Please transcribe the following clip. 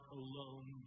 alone